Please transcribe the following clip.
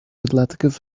athletic